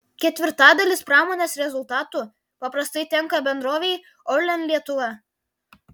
ketvirtadalis pramonės rezultatų paprastai tenka bendrovei orlen lietuva